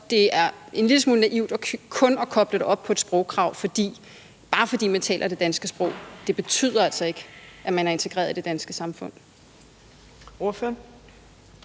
det er en lille smule naivt kun at koble det op på et sprogkrav; bare fordi man taler det danske sprog, betyder det altså ikke, at man er integreret i det danske samfund.